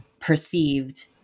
perceived